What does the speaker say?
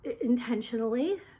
intentionally